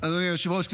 אדוני היושב-ראש.